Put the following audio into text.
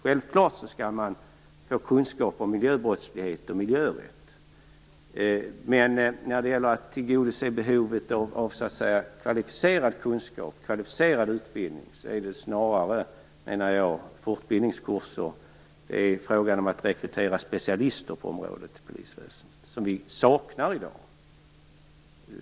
Man skall självfallet få kunskaper om miljöbrottslighet och miljörätt, men för att tillgodose behovet av kvalificerad utbildning menar jag att det snarare är en fråga om fortbildningskurser och att rekrytera specialister på området till polisväsendet. Det saknar vi i dag.